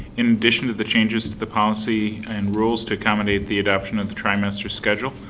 in addition to the changes to the policy and rules to accommodate the adoption of the trimester schedule,